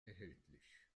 erhältlich